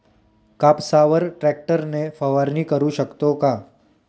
कापसावर ट्रॅक्टर ने फवारणी करु शकतो का?